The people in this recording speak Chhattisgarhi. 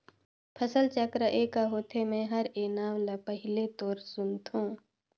फसल चक्र ए क होथे? मै हर ए नांव ल पहिले तोर सुनथों